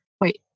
wait